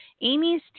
Amy's